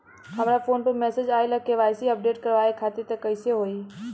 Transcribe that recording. हमरा फोन पर मैसेज आइलह के.वाइ.सी अपडेट करवावे खातिर त कइसे होई?